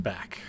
Back